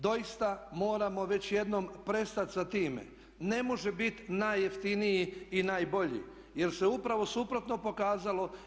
Doista moramo već jednom prestati sa time, ne može biti najjeftiniji i najbolji jer se upravo suprotno pokazalo.